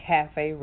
Cafe